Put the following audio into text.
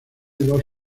dos